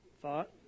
thought